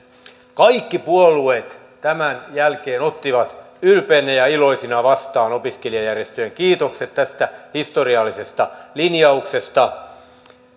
kaikki puolueet tämän jälkeen ottivat ylpeinä ja iloisina vastaan opiskelijajärjestöjen kiitokset tästä historiallisesta linjauksesta